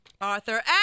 Arthur